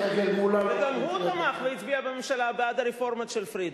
וגם הוא תמך והצביע בממשלה בעד הרפורמות של פרידמן,